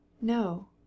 no